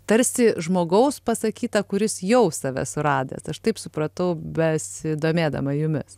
tarsi žmogaus pasakyta kuris jau save suradęs aš taip supratau besidomėdama jumis